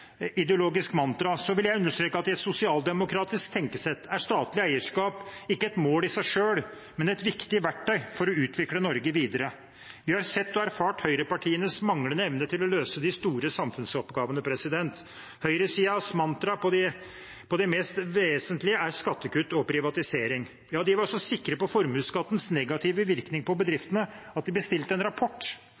mantra, vil jeg understreke at i et sosialdemokratisk tenkesett er statlig eierskap ikke et mål i seg selv, men et viktig verktøy for å utvikle Norge videre. Vi har sett og erfart høyrepartienes manglende evne til å løse de store samfunnsoppgavene. Høyresidens mantra på det mest vesentlige er skattekutt og privatisering. Ja, de var så sikre på formuesskattens negative virkning på bedriftene at de bestilte en rapport.